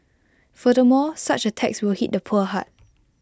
furthermore such A tax will hit the poor hard